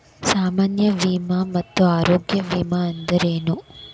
ಸಾಮಾನ್ಯ ವಿಮಾ ಮತ್ತ ಆರೋಗ್ಯ ವಿಮಾ ಅಂದ್ರೇನು?